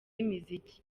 imiziki